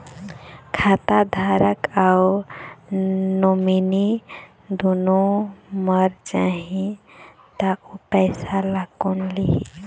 खाता धारक अऊ नोमिनि दुनों मर जाही ता ओ पैसा ला कोन लिही?